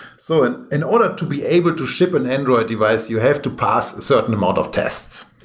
so and in order to be able to ship an android device, you have to pass a certain amount of tests.